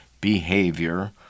behavior